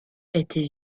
était